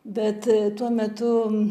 bet tuo metu